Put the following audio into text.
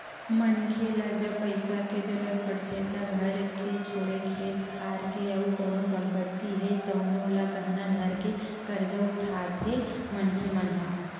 मनखे ल जब पइसा के जरुरत पड़थे त घर के छोड़े खेत खार के अउ कोनो संपत्ति हे तउनो ल गहना धरके करजा उठाथे मनखे मन ह